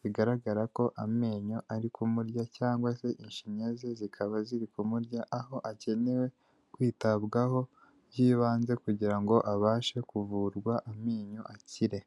bigaragara ko amenyo ari kumurya cyangwa se inshinya ze zikaba ziri kumurya, aho akeneye kwitabwaho by'ibanze kugira ngo abashe kuvurwa amenyo akire.